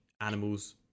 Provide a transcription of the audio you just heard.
animals